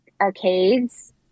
arcades